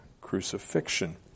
crucifixion